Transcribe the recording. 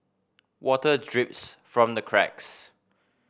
water drips from the cracks